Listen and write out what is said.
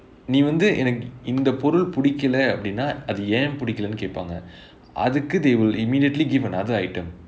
நீ வந்து எனக்கு இந்த பொருள் பிடிக்கலை அப்படினா அது ஏன் பிடிக்கலைனு கேப்பாங்க அதுக்கு:nee vanthu enakku intha porul pidikkalai appadina athu yaen pidikkalainu keppaanga athukku they will immediately give another item